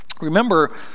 Remember